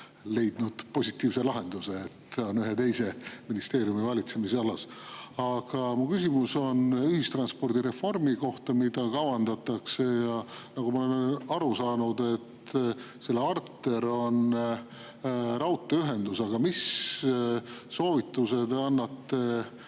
leidnud juba positiivse lahenduse –, see on ühe teise ministeeriumi valitsemisalas. Aga mu küsimus on ühistranspordireformi kohta, mida kavandatakse. Nagu ma olen aru saanud, selle arter on raudteeühendus. Mis soovituse te annate